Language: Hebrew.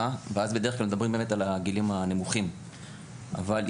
- ואז בדרך כלל מדברים על הגילים הנמוכים - מעבר